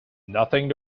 nothing